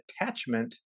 attachment